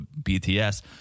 BTS